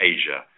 Asia